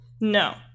No